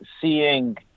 seeing